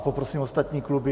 Poprosím ostatní kluby.